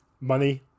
Money